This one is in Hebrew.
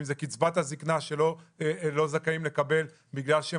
אם זה קצבת הזקנה שלא זכאים לקבל בגלל שהם